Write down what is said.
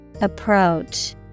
Approach